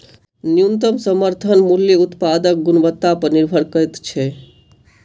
न्यूनतम समर्थन मूल्य उत्पादक गुणवत्ता पर निभर करैत छै